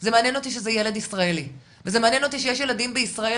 זה מעניין אותי שזה ילד ישראלי וזה מעניין אותי שיש ילדים בישראל